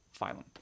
phylum